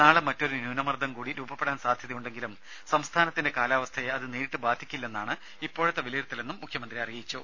നാളെ മറ്റൊരു ന്യൂനമർദ്ദം കൂടി രൂപപ്പെടാൻ സാധ്യതയുണ്ടെങ്കിലും സംസ്ഥാനത്തിന്റെ കാലാവസ്ഥയെ അത് നേരിട്ട് ബാധിക്കില്ലെന്നാണ് ഇപ്പോഴത്തെ വിലയിരുത്തലെന്നും മുഖ്യമന്ത്രി പറഞ്ഞു